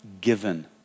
given